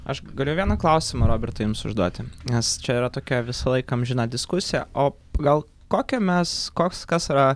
aš galiu vieną klausimą robertai jums užduoti nes čia yra tokia visą laik amžina diskusija o gal kokio mes koks kas yra